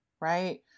Right